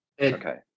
Okay